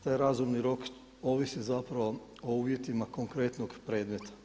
Taj razumni rok ovisi zapravo o uvjetima konkretnog predmeta.